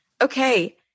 okay